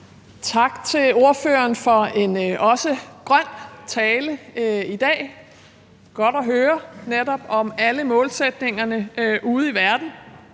Tak til ordføreren for en også grøn tale i dag. Det er netop godt at høre om alle målsætningerne ude i verden,